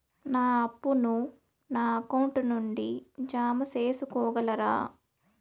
నా అప్పును నా అకౌంట్ నుండి జామ సేసుకోగలరా?